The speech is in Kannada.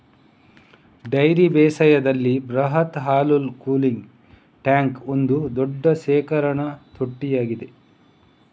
ಡೈರಿ ಬೇಸಾಯದಲ್ಲಿ ಬೃಹತ್ ಹಾಲು ಕೂಲಿಂಗ್ ಟ್ಯಾಂಕ್ ಒಂದು ದೊಡ್ಡ ಶೇಖರಣಾ ತೊಟ್ಟಿಯಾಗಿದೆ